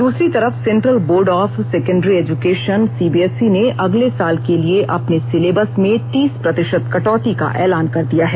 द्सरी तरफ Central Board of Secondary Education CBSE ने अगले साल के लिए अपने सिलेबस में तीस प्रतिशत कटौती का ऐलान कर दिया है